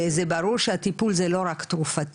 זה ברור שהטיפול הוא לא רק תרופתי,